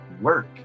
work